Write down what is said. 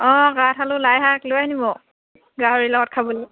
অঁ কাঠ আলো লাই শাক লৈ আনিব গাহৰি লগত খাবলৈ